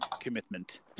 commitment